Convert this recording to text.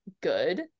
good